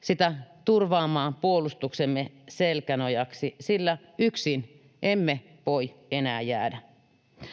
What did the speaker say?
sitä turvaamaan puolustuksemme selkänojaksi, sillä yksin emme voi enää jäädä.